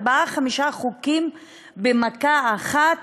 ארבעה-חמישה חוקים במכה אחת,